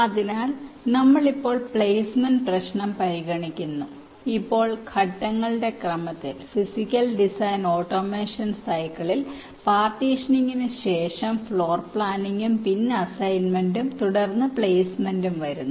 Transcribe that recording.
അതിനാൽ നമ്മൾ ഇപ്പോൾ പ്ലേസ്മെന്റ് പ്രശ്നം പരിഗണിക്കുന്നു ഇപ്പോൾ ഘട്ടങ്ങളുടെ ക്രമത്തിൽ ഫിസിക്കൽ ഡിസൈൻ ഓട്ടോമേഷൻ സൈക്കിളിൽ പാർട്ടീഷനിംഗിന് ശേഷം ഫ്ലോർ പ്ലാനിംഗും പിൻ അസൈൻമെന്റും തുടർന്ന് പ്ലേസ്മെന്റും വരുന്നു